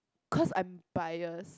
cause I'm biased